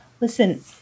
Listen